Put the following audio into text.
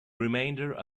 remainder